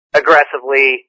aggressively